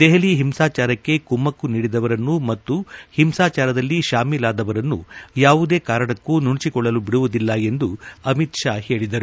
ದೆಹಲಿ ಹಿಂಸಾಚಾರಕ್ಕೆ ಕುಮ್ಮಕ್ಕು ನೀಡಿದವರನ್ನು ಮತ್ತು ಹಿಂಸಾಚಾರದಲ್ಲಿ ಶಾಮೀಲಾದವರನ್ನು ಯಾವುದೇ ಕಾರಣಕ್ಕೂ ನುಣುಚಿಕೊಳ್ಳಲು ಬಿಡುವುದಿಲ್ಲ ಎಂದು ಅಮಿತ್ ಷಾ ಹೇಳಿದರು